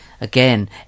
again